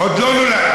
עוד לא נולד.